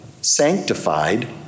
sanctified